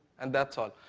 and that's all.